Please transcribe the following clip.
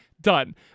done